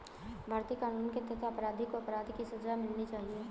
भारतीय कानून के तहत अपराधी को अपराध की सजा मिलनी चाहिए